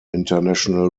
international